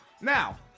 Now